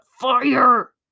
fire